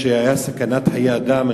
סכנה לחיי אדם.